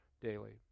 daily